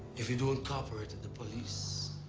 if you don't cooperate with the police.